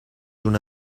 una